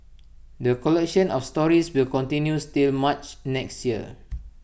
the collection of stories will continues till March next year